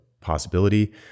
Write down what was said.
possibility